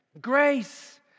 Grace